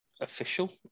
official